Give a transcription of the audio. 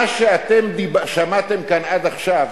מה ששמעתם כאן עד עכשיו